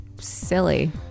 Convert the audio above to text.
silly